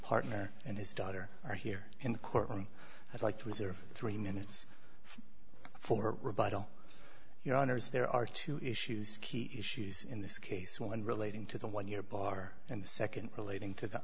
partner and his daughter are here in the courtroom i'd like to reserve three minutes for rebuttal your honour's there are two issues key issues in this case one relating to the one year bar and the nd relating to